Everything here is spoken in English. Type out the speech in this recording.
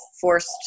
forced